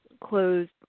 closed